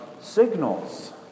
signals